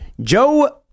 Joe